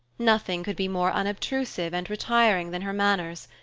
nothing could be more unobtrusive and retiring than her manners.